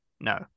No